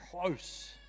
close